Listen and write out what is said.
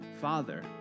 Father